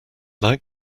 like